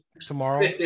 tomorrow